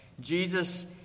Jesus